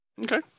Okay